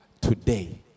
today